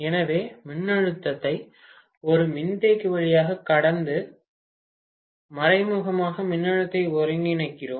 எனவே மின்னழுத்தத்தை ஒரு மின்தேக்கி வழியாக கடந்து மறைமுகமாக மின்னழுத்தத்தை ஒருங்கிணைக்கிறோம்